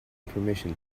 permission